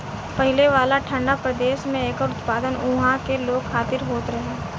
पहिले वाला ठंडा प्रदेश में एकर उत्पादन उहा के लोग खातिर होत रहे